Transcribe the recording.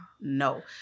no